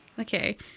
Okay